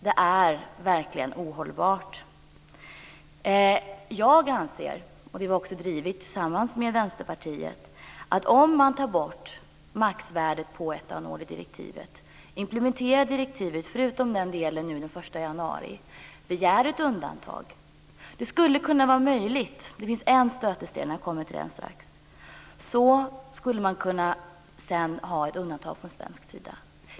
Jag anser - och det har jag också drivit tillsammans med Vänsterpartiet - att om man tar bort maxvärdet på etanol i direktivet och implementerar direktivet - förutom den delen - den 1 januari och begär ett undantag skulle det vara möjligt att man fick ett svenskt sådant.